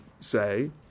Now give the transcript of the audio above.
say